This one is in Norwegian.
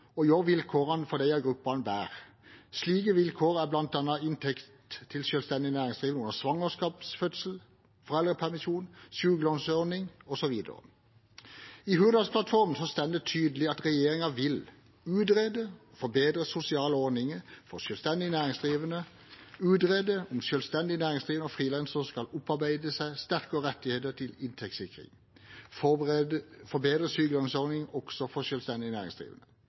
vilkårene for disse gruppene bedre. Slike vilkår er bl.a. inntekt til selvstendig næringsdrivende under svangerskaps-, fødsels- og foreldrepermisjon, sykelønnsordning osv. I Hurdalsplattformen står det tydelig at regjeringen vil «Utrede og forbedre sosiale ordninger for selvstendig næringsdrivende.» Og videre: «Utrede om selvstendig næringsdrivende og frilansere skal opparbeide seg sterkere rettigheter til inntektssikring.» Og: «Forbedre sykelønnsordningen, også for selvstendige næringsdrivende.»